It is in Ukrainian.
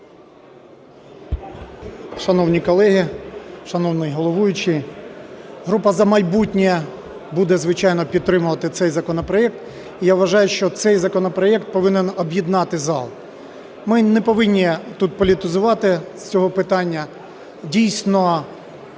Шановні колеги, шановний головуючий! Група "За майбутнє" буде, звичайно, підтримувати цей законопроект. І я вважаю, що цей законопроект повинен об'єднати зал, ми не повинні тут політизувати цього питання. Дійсно,